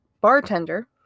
bartender